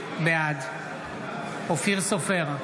בעד אופיר סופר,